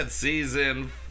Season